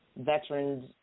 veterans